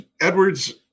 Edwards